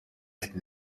had